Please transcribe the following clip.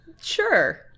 Sure